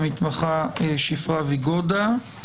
והמתמחה שפרה ויגודה.